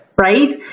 right